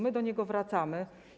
My do niego wracamy.